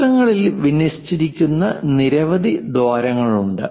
വൃത്തങ്ങളിൽ വിന്യസിച്ചിരിക്കുന്ന നിരവധി ദ്വാരങ്ങളുണ്ട്